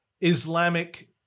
Islamic